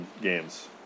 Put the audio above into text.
games